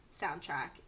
soundtrack